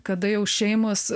kada jau šeimos